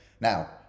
Now